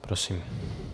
Prosím.